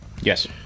Yes